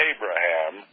Abraham